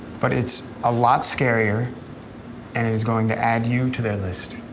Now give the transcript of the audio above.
but it's a lot scarier and it is going to add you to their list.